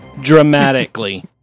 dramatically